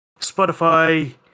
Spotify